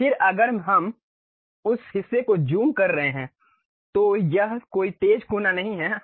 फिर अगर हम उस हिस्से को ज़ूम कर रहे हैं तो यह कोई तेज कोना नहीं होगा